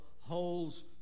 holds